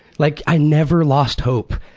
like, i never lost hope.